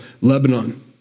Lebanon